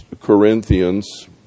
Corinthians